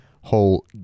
whole